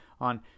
on